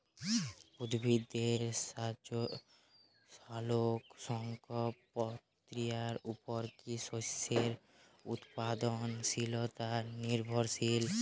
উদ্ভিদের সালোক সংশ্লেষ প্রক্রিয়ার উপর কী শস্যের উৎপাদনশীলতা নির্ভরশীল?